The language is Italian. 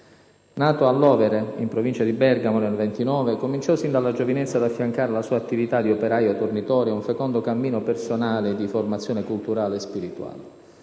Nato a Lovere, in provincia di Bergamo, nel 1929, cominciò sin dalla giovinezza ad affiancare alla sua attività di operaio tornitore un fecondo cammino personale di formazione culturale e spirituale.